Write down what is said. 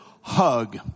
hug